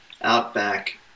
outback